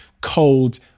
cold